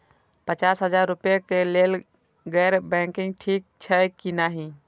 पचास हजार रुपए के लेल गैर बैंकिंग ठिक छै कि नहिं?